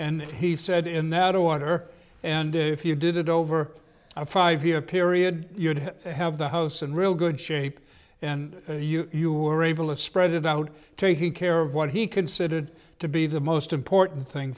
and he said in that order and if you did it over a five year period you would have the house and really good shape and you were able to spread it out taking care of what he considered to be the most important thing